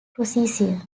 procession